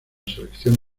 selección